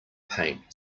paint